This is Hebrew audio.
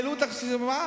העלו את אחוז החסימה,